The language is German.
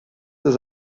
das